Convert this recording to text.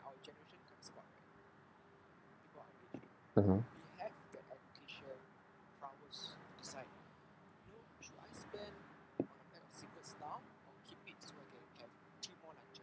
(uh huh)